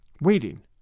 Waiting